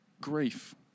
grief